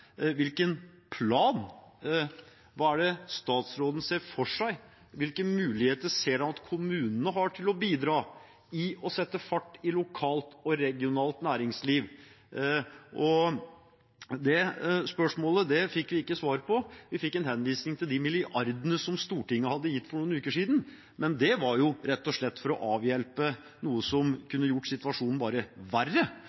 Hvilken plan er det statsråden ser for seg – hvilke muligheter ser han at kommunene har til å bidra til å sette fart i lokalt og regionalt næringsliv? Det spørsmålet fikk vi ikke svar på. Vi fikk en henvisning til de milliardene som Stortinget ga for noen uker siden. Men det var jo rett og slett for å avhjelpe noe som